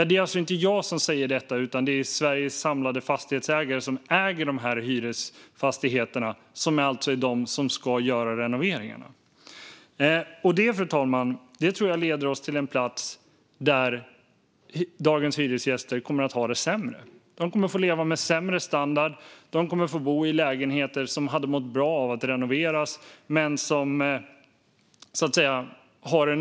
Det är alltså inte jag som säger detta, utan det är Sveriges samlade fastighetsägare som gör det, de som äger de här hyresfastigheterna och som ska göra renoveringarna. Detta, fru talman, tror jag leder oss till en plats där dagens hyresgäster kommer att ha det sämre. De kommer att få leva med sämre standard. De kommer att få bo i lägenheter som hade mått bra av att renoveras.